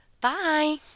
Bye